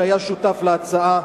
שהיה שותף להצעה,